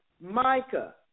Micah